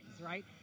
right